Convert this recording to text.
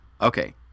Okay